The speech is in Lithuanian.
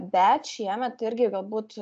bet šiemet irgi galbūt